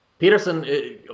Peterson